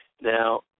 Now